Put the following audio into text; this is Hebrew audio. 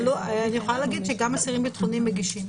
אני יכולה להגיד שגם אסירים ביטחוניים מגישים,